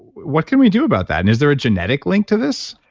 what can we do about that? and is there a genetic link to this?